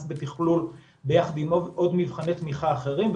בתכלול ביחד עם עוד מבחני תמיכה אחרים,